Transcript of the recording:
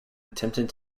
attempted